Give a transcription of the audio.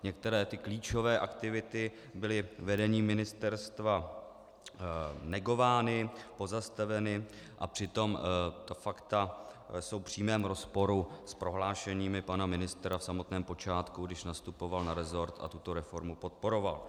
Některé klíčové aktivity byly vedením ministerstva negovány, pozastaveny, a přitom ta fakta jsou v přímém rozporu s prohlášeními pana ministra v samotném počátku, když nastupoval na resort a tuto reformu podporoval.